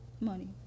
Money